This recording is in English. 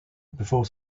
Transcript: before